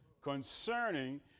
concerning